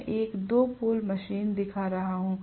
मैं एक 2 pole machine दिखा रहा हूं